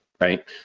right